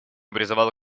призывал